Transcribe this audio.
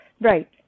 right